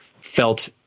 felt